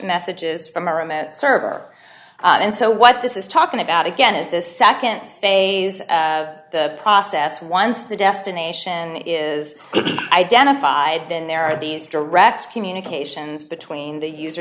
messages from a remote server and so what this is talking about again is this nd phase of the process once the destination is identified then there are these direct communications between the user